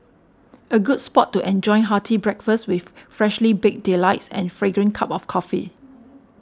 a good spot to enjoying hearty breakfast with freshly baked delights and fragrant cup of coffee